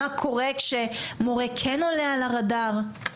מה קורה כשמורה כן עולה על הרדאר.